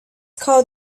called